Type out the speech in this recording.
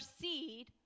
seed